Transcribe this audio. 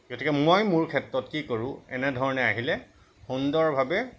গতিকে মই মোৰ ক্ষেত্ৰত কি কৰোঁ এনে ধৰণে আহিলে সুন্দৰভাৱে